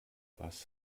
was